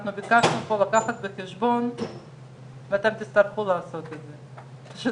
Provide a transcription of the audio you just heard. הרכבת הקלה בעצם בגוש דן שתוכננה והייתה אמורה לשאת כמו נוסעים מסוימת,